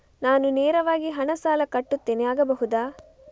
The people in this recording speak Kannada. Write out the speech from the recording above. ನಾನು ನೇರವಾಗಿ ಹಣ ಸಾಲ ಕಟ್ಟುತ್ತೇನೆ ಆಗಬಹುದ?